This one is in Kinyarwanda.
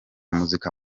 muzika